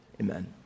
amen